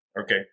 Okay